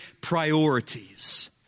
priorities